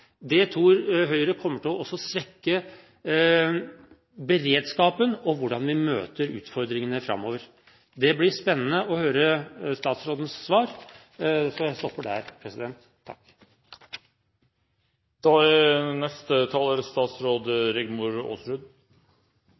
Det tror Høyre kommer til å svekke beredskapen og hvordan vi møter utfordringene framover. Det blir spennende å høre statsrådens svar, så jeg stopper der. Jeg er enig med forslagsstillerne i at det er